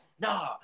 nah